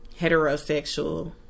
heterosexual